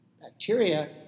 bacteria